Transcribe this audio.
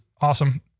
awesome